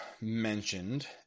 mentioned